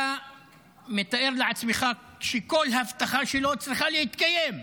אתה מתאר לעצמך שכל הבטחה שלו צריכה להתקיים,